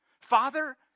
Father